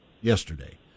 yesterday